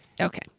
okay